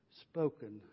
spoken